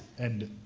and